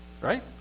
Right